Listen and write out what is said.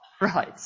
Right